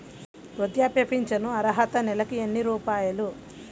వృద్ధాప్య ఫింఛను అర్హత నెలకి ఎన్ని రూపాయలు?